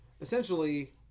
essentially